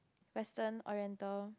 Western oriental